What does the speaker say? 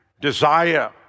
desire